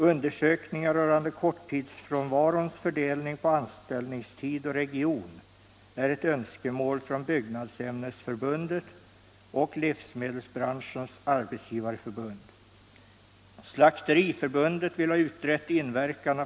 Undersökningar rörande korttidsfrånvarons fördelning på anställningstid och region är ett önskemål från Byggnadsämnesförbundet och Livsmedelsbranschens Arbetsgivareförbund.